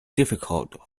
difficult